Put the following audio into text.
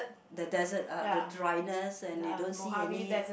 the desert uh the dryness and you don't see any